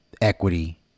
equity